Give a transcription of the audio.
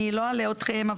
אני לא אלאה אתכם,